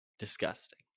disgusting